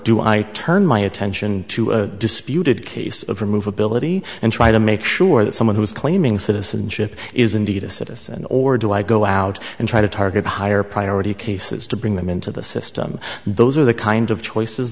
do i turn my attention to a disputed case of movability and try to make sure that someone who is claiming citizenship is indeed a citizen or do i go out and try to target higher priority cases to bring them into the system those are the kind of choices